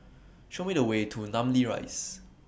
Show Me The Way to Namly Rise